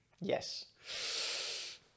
Yes